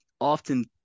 often